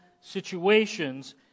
situations